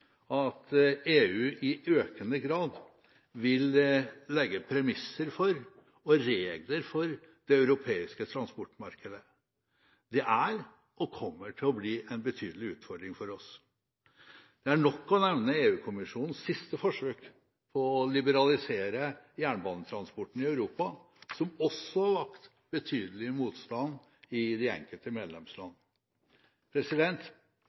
at EU i økende grad vil legge premisser og regler for det europeiske transportmarkedet. Det er og kommer til å bli en betydelig utfordring for oss. Det er nok å nevne EU-kommisjonens siste forsøk på å liberalisere jernbanetransporten i Europa, som også har vakt betydelig motstand i de enkelte medlemsland.